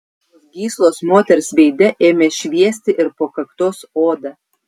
melsvos gyslos moters veide ėmė šviesti ir po kaktos oda